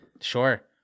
Sure